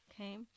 Okay